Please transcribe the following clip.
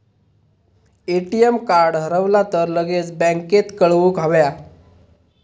ATM card हरवला तर लगेच बँकेत कळवुक हव्या